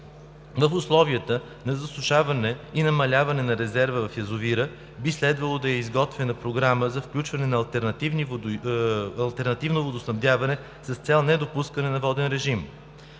в условията на засушаване и намаляване на резерва на язовира, би следвало да е изготвена програма за включване на алтернативно водоснабдяване с цел недопускане на воден режим.